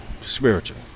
Spiritual